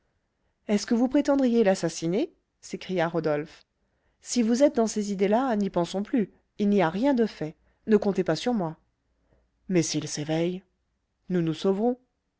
est-ce que vous prétendriez l'assassiner s'écria rodolphe si vous êtes dans ces idées-là n'y pensons plus il n'y a rien de fait ne comptez pas sur moi mais s'il s'éveille nous nous sauverons